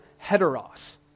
heteros